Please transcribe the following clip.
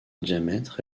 diamètre